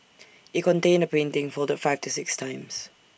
IT contained A painting folded five to six times